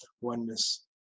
oneness